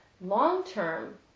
long-term